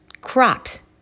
crops